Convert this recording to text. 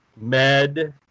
med